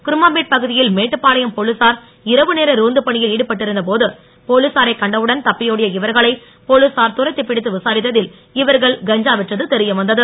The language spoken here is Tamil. குரும்பாபேட் பகுதியில் மேட்டுபாளையம் போலீசார் இரவு நேர ரோந்து பணியில் ஈடுபட்டிருந்த போது போலீசாரை கண்டவுடன் தப்பியோடிய இவர்களை போலீசார் துரத்திப் பிடித்து விசாரித்ததில் இவர்கள் கஞ்சா விற்றது தெரியவந்தது